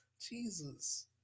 Jesus